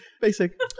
Basic